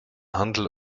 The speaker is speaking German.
handel